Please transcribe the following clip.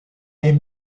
est